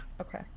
Okay